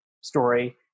story